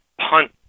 punt